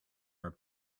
are